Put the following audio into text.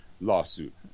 Lawsuit